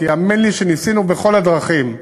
כי האמן לי שניסינו בכל הדרכים,